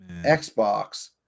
Xbox